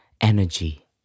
energy